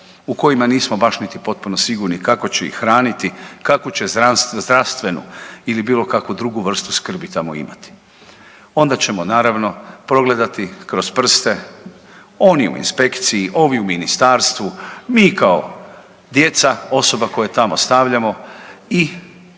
u kojima nismo baš niti potpuno sigurni kako će ih hraniti, kakvu će zdravstvenu ili bilo kakvu drugu vrstu skrbi tamo imati. Onda ćemo naravno progledati kroz prste oni u inspekciji, ovi u ministarstvu, mi kao djeca osoba koje tamo ostavljamo i